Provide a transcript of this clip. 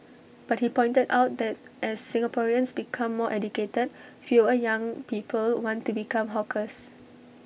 but he pointed out that as Singaporeans become more educated fewer young people want to become hawkers